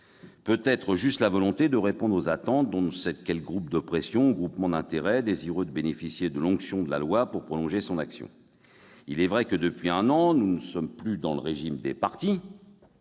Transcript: simplement la volonté de répondre aux attentes d'on ne sait quel groupe de pression ou groupement d'intérêts désireux de bénéficier de l'onction de la loi pour prolonger son action. Il est vrai que, depuis un an, nous ne sommes plus dans le régime des partis-